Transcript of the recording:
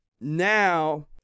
now